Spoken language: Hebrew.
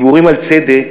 דיבורים על צדק